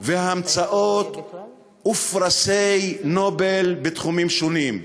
וההמצאות ופרסי נובל בתחומים שונים.